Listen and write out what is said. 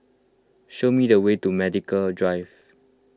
show me the way to Medical Drive